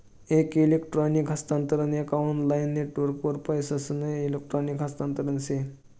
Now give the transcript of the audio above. एक इलेक्ट्रॉनिक हस्तांतरण एक ऑनलाईन नेटवर्कवर पैसासना इलेक्ट्रॉनिक हस्तांतरण से